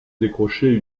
décrocher